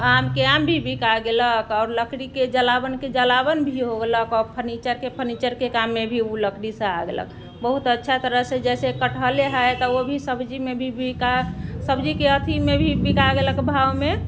आमके आम भी बिका गेलक आओर लकड़ीके जलावनके जलावन भी हो गेलक आओर फर्नीचर के फर्नीचरके काममे भी उ लकड़ीसँ आ गेलक बहुत अच्छा तरहसँ जैसे कटहले हय तऽ वो भी सब्जीमे भी बिका सब्जीके अथीमे भी बिका गेलक भावमे